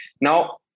Now